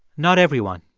not everyone.